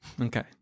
Okay